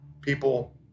people